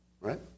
Right